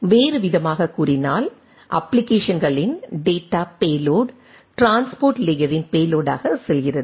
வேறுவிதமாகக் கூறினால் அப்ப்ளிகேஷன்ஸ்களின் டேட்டா பேலோட் டிரான்ஸ்போர்ட் லேயரின் பேலோடாகச் செல்கிறது